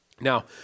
Now